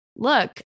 Look